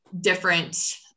different